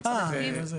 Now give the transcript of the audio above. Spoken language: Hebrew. אה, בוודאי.